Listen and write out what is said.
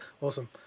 Awesome